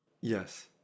Yes